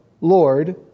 Lord